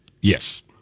Yes